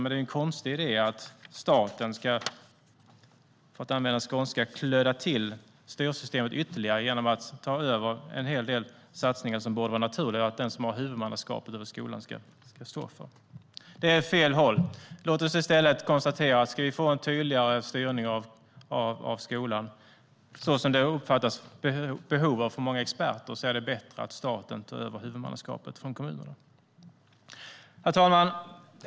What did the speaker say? Men det är en konstig idé att staten ska, för att använda skånska, "kludda till" styrsystemet ytterligare genom att ta över en hel del satsningar som det borde vara naturligt att den som har huvudmannaskapet över skolan ska stå för. Det är att gå åt fel håll. Låt oss i stället konstatera att om vi ska få en tydligare styrning av skolan, som många experter uppfattar att det finns behov av, är det bättre att staten tar över huvudmannaskapet från kommunerna. Herr talman!